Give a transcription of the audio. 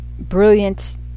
brilliant